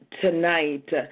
tonight